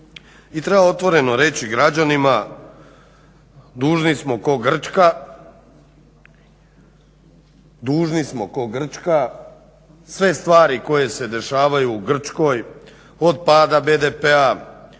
I treba otvoreno reći građanima dužni smo ko' Grčka. Sve stvari koje se dešavaju u Grčkoj od pada BDP-a,